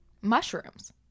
mushrooms